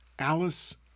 Alice